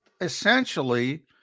essentially